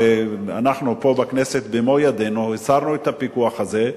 אנחנו פה בכנסת במו-ידינו הסרנו את הפיקוח הזה,